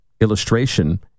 illustration